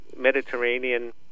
Mediterranean